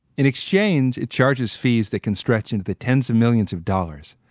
in exchange, it charges fees that can stretch into the tens of millions of dollars.